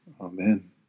Amen